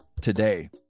today